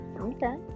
okay